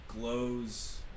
glows